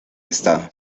estado